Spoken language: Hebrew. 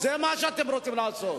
זה מה שאתם רוצים לעשות.